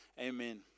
Amen